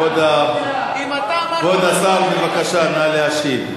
כבוד השר, בבקשה, נא להשיב.